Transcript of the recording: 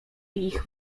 ich